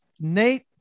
nate